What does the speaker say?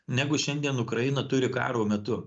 negu šiandien ukraina turi karo metu